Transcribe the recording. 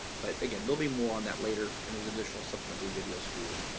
but again, there'll be more on that later and there's additional supplementary videos for your,